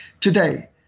Today